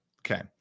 Okay